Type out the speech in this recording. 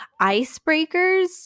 icebreakers